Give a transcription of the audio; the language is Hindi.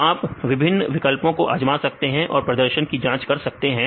तो आप विभिन्न विकल्पों को आजमा सकते हैं और प्रदर्शन की जांच कर सकते हैं